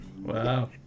wow